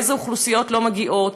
ואיזו אוכלוסיות לא מגיעות,